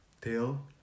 tail